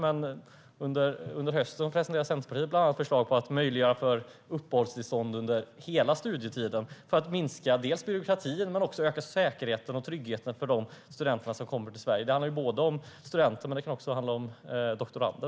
Men under hösten kommer Centerpartiet att presentera förslag om att bland annat möjliggöra uppehållstillstånd under hela studietiden för att minska byråkratin men också öka säkerheten och tryggheten för de studenter som kommer till Sverige, och det kan också handla om doktorander.